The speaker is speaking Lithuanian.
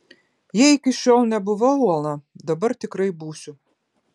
jei iki šiol nebuvau uola dabar tikrai būsiu